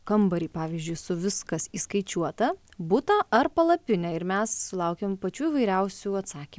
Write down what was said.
kambarį pavyzdžiui su viskas įskaičiuota butą ar palapinę ir mes sulaukėm pačių įvairiausių atsaky